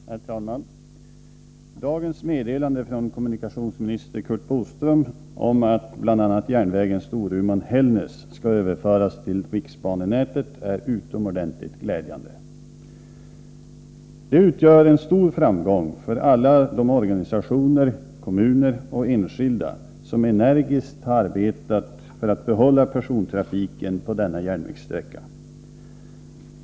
Herr talman! Dagens meddelande från kommunikationsminister Curt Boström om att bl.a. järnvägen mellan Storuman och Hällnäs skall överföras till riksbanenätet är utomordentligt glädjande. Det utgör en stor framgång för alla de organisationer, kommuner och enskilda som energiskt har arbetat för att behålla persontrafiken på denna järnvägssträcka.